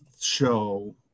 show